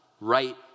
right